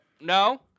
no